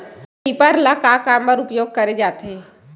Reaper ल का काम बर उपयोग करे जाथे?